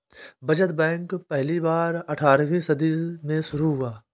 बचत बैंक पहली बार अट्ठारहवीं सदी में शुरू हुआ